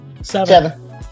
Seven